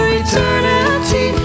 eternity